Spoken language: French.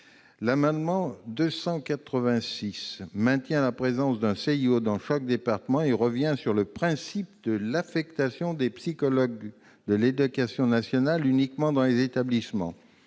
tend à maintenir la présence d'un CIO dans chaque département et revient sur le principe de l'affectation des psychologues de l'éducation nationale dans les seuls établissements.